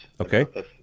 Okay